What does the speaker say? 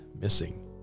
missing